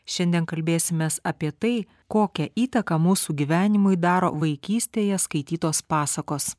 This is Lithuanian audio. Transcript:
šiandien kalbėsimės apie tai kokią įtaką mūsų gyvenimui daro vaikystėje skaitytos pasakos